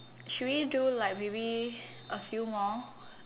should we do like maybe a few more